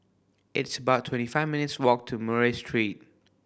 it's about twenty five minutes' walk to Murray Street